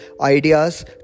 ideas